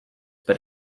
but